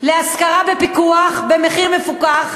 בהשכרה בפיקוח, במחיר מפוקח,